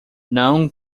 não